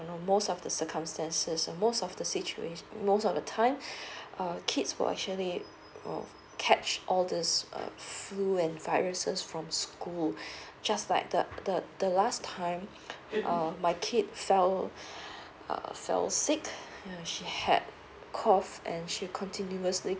most of the circumstances of most of the situation most of the time uh kids were actually um catch all this uh flu and viruses from school just like the the the last time um my kid fell uh fell sick ya she had coughed and she continuously